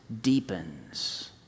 deepens